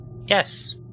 Yes